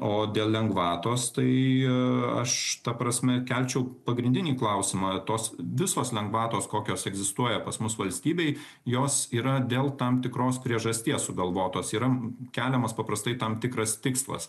o dėl lengvatos tai aš ta prasme kelčiau pagrindinį klausimą tos visos lengvatos kokios egzistuoja pas mus valstybėj jos yra dėl tam tikros priežasties sugalvotos yra keliamas paprastai tam tikras tikslas